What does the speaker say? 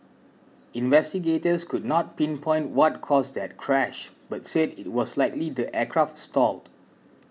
investigators could not pinpoint what caused that crash but said it was likely the aircraft stalled